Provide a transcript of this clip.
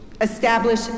establish